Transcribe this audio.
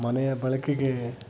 ಮನೆಯ ಬಳಕೆಗೆ